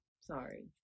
Sorry